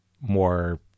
more